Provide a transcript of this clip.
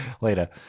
Later